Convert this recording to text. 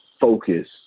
focus